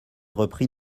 repris